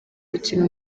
gukina